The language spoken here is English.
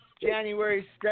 January